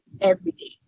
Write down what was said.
everyday